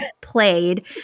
played